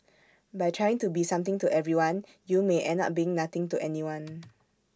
by trying to be something to everyone you may end up being nothing to anyone